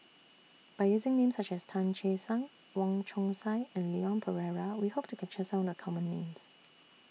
By using Names such as Tan Che Sang Wong Chong Sai and Leon Perera We Hope to capture Some of The Common Names